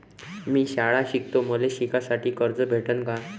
मी शाळा शिकतो, मले शिकासाठी कर्ज भेटन का?